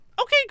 Okay